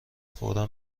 فورا